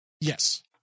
Yes